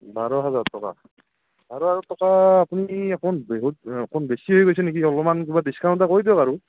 বাৰ হাজাৰ টকা বাৰ হাজাৰ টকা আপুনি অকণ বহুত অকণ বেছিয়ে কৈছে নেকি অলপমান কিবা ডিছকাউণ্ট এটা কৰি দিয়ক আৰু